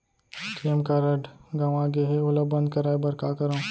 ATM card गंवा गे है ओला बंद कराये बर का करंव?